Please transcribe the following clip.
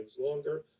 longer